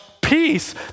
peace